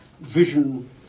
vision